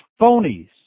phonies